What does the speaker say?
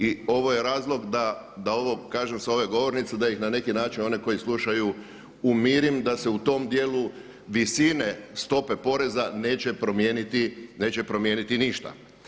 I ovo je razlog da ovo kažem sa ove govornice da ih na neki način one koji slušaju umirim da se u tom dijelu visine stope poreza neće promijeniti ništa.